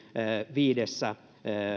viidessä